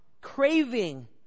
craving